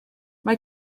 mae